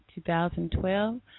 2012